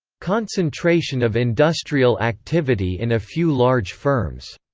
concentration of industrial activity in a few large firms.